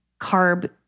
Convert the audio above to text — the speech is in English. carb